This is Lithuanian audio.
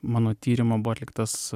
mano tyrimo buvo atliktas